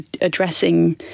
addressing